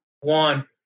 one